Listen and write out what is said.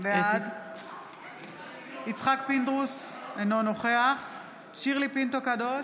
בעד יצחק פינדרוס, אינו נוכח שירלי פינטו קדוש,